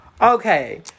Okay